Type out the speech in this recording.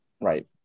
Right